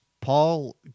Paul